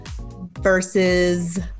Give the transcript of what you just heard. versus